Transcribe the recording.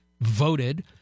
voted